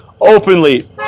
openly